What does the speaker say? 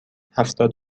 هفتاد